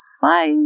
Bye